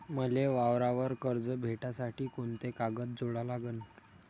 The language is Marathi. मले वावरावर कर्ज भेटासाठी कोंते कागद जोडा लागन?